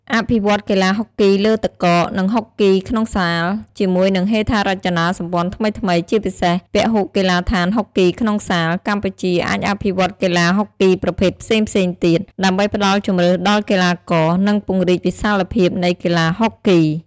អភិវឌ្ឍកីឡាហុកគីលើទឹកកក និងហុកគីក្នុងសាល ជាមួយនឹងហេដ្ឋារចនាសម្ព័ន្ធថ្មីៗ ជាពិសេសពហុកីឡដ្ឋានហុកគីក្នុងសាល កម្ពុជាអាចអភិវឌ្ឍកីឡាហុកគីប្រភេទផ្សេងៗទៀត ដើម្បីផ្តល់ជម្រើសដល់កីឡាករ និងពង្រីកវិសាលភាពនៃកីឡាហុកគី។